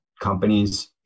companies